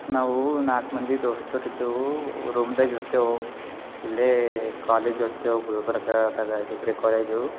ನಾವು ನಾಲ್ಕು ಮಂದಿ ದೋಸ್ತರಿದ್ದೆವು ರೂಮ್ದಾಗೆ ಇರ್ತೆವು ಇಲ್ಲೇ ಕಾಲೇಜ್ ಒದ್ತೆವೆ ಗುಲ್ಬರ್ಗದಾಗೆ ಡಿಗ್ರಿ ಕಾಲೇಜು